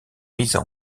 mises